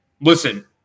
listen